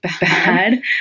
bad